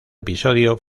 episodio